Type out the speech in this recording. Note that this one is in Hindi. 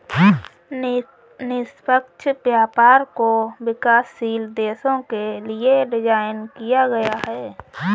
निष्पक्ष व्यापार को विकासशील देशों के लिये डिजाइन किया गया है